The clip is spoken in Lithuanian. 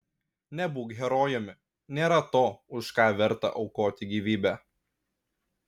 nebūk herojumi nėra to už ką verta aukoti gyvybę